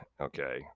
okay